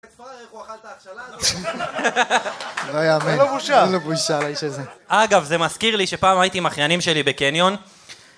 פראייר, איך הוא אכל את ההכשלה הזאת, זה לא ייאמן. אין לו בושה. אין לו בושה לאיש הזה. אגב זה מזכיר לי שפעם הייתי עם האחיינים שלי בקניון